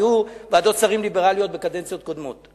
היו ועדות שרים ליברליות בקדנציות קודמות.